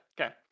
Okay